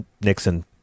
Nixon